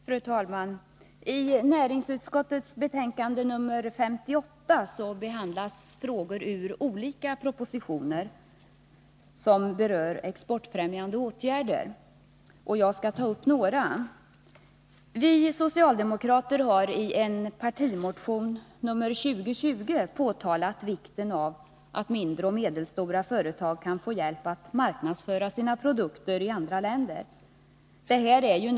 Fru talman! I näringsutskottets betänkande nr 58 behandlas frågor som tagits upp i olika propositioner och som gäller exportfrämjande åtgärder. Jag skall gå in på några av dessa frågor. Vi socialdemokrater har i en partimotion, nr 2020, understrukit vikten av att mindre och medelstora företag kan få hjälp med att marknadsföra sina produkter i andra länder.